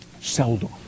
seldom